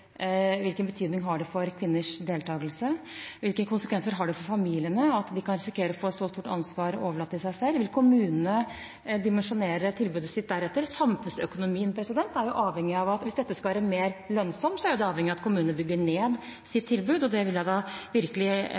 Hvilken betydning har det for kvinners deltakelse? Hvilke konsekvenser har det for familiene at de kan risikere å få et så stort ansvar lagt på dem selv? Vil kommunene dimensjonere tilbudet sitt deretter? Samfunnsøkonomisk: Hvis dette skal være mer lønnsomt, er en avhengig av at kommunene bygger ned sitt tilbud, og det vil jeg virkelig